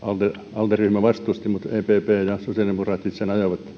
alde ryhmä vastusti mutta epp ja ja sosiaalidemokraatit sen ajoivat